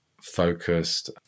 focused